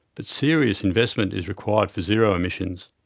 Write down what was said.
but serious investment is required for zero emissions.